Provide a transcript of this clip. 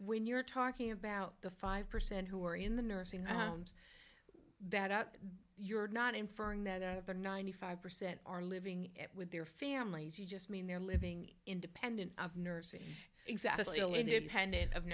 when you're talking about the five percent who are in the nursing homes that you're not inferring that out of the ninety five percent are living with their families you just mean they're living independent of nurs